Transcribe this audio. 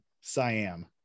Siam